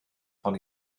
von